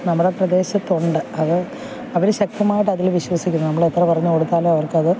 നമ്മുടെ പ്രദേശത്തുണ്ട് അത് അവർ ശക്തമായിട്ട് അതിൽ വിശ്വസിക്കുന്നു നമ്മൾ എത്ര പറഞ്ഞുകൊടുത്താലും അവർക്കത്